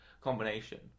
Combination